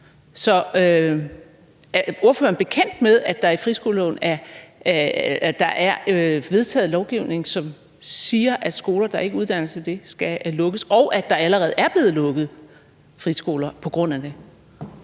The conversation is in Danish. Er ordføreren bekendt med, at der med friskoleloven er vedtaget lovgivning, som siger, at skoler, der ikke uddanner til det, skal lukkes, og at der allerede er blevet lukket friskoler på grund af det?